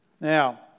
Now